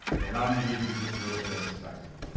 but allow me to give you just a little bit of perspective.